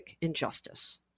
injustice